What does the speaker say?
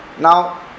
now